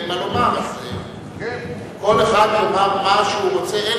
כל אחד יאמר מה שהוא רוצה,